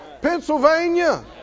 Pennsylvania